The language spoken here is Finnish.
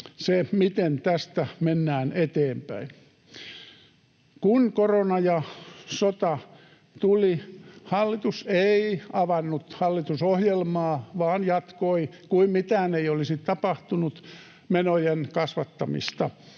se, miten tästä mennään eteenpäin. Kun korona ja sota tulivat, hallitus ei avannut hallitusohjelmaa vaan jatkoi kuin mitään ei olisi tapahtunut, menojen kasvattamista